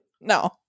No